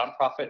nonprofit